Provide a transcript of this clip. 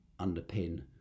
underpin